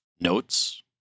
notes